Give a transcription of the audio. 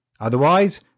Otherwise